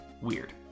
weird